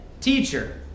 teacher